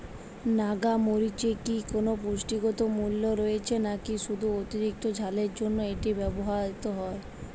নাগা মরিচে কি কোনো পুষ্টিগত মূল্য রয়েছে নাকি শুধু অতিরিক্ত ঝালের জন্য এটি ব্যবহৃত হয়?